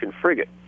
frigate